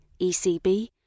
ECB